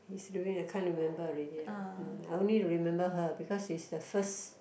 his I can't remember already ah mm I only remember her because she's the first